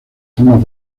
formas